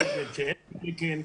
הסגל האקדמי בכלל.